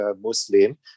Muslim